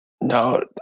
No